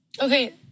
Okay